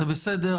זה בסדר,